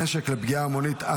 נשק לפגיעה המונית),